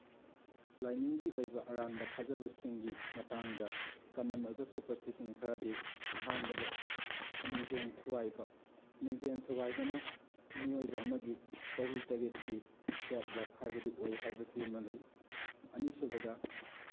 ꯂꯥꯏꯅꯤꯡꯒꯤ ꯑꯣꯏꯕ ꯑꯔꯥꯟꯕ ꯊꯥꯖꯕꯁꯤꯡꯒꯤ ꯃꯇꯥꯡꯗ ꯀꯃꯟ ꯑꯣꯏꯕ ꯁꯨꯄꯔꯁꯇꯤꯁꯟ ꯈꯔꯗꯤ ꯑꯍꯥꯟꯕꯗ ꯃꯤꯡꯖꯦꯟ ꯊꯨꯒꯥꯏꯕ ꯃꯤꯡꯖꯦꯟ ꯊꯨꯒꯥꯏꯕꯅ ꯃꯤꯑꯣꯏꯕ ꯑꯃꯒꯤ ꯆꯍꯤ ꯇꯔꯦꯠꯀꯤ ꯕꯦꯗ ꯂꯛ ꯍꯥꯏꯕꯗꯨ ꯑꯣꯏ ꯍꯥꯏꯕꯁꯤ ꯑꯃ ꯂꯩ ꯑꯅꯤꯁꯨꯕꯗ